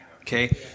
Okay